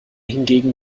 hingegen